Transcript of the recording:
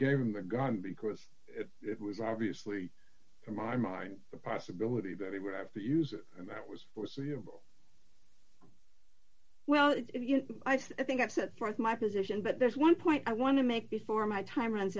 gave him the gun because it was obviously to my mind the possibility that he would have to use it and that was foreseeable well you know i think i've set forth my position but there's one point i want to make before my time runs